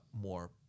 more